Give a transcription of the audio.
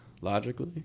logically